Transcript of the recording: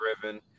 driven